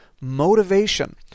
motivation